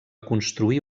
construir